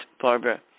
Barbara